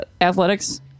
Athletics